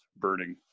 burning